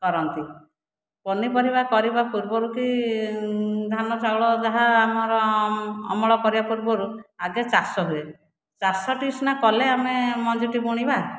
କରନ୍ତି ପନିପରିବା କରିବା ପୂର୍ବରୁ କି ଧାନ ଚାଉଳ ଯାହା ଆମର ଅମଳ କରିବା ପୁର୍ବରୁ ଆଗେ ଚାଷ ହୁଏ ଚାଷଟି ସିନା କଲେ ଆମେ ମଞ୍ଜିଟି ବୁଣିବା